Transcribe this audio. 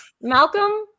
Malcolm